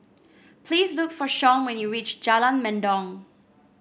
please look for Shawn when you reach Jalan Mendong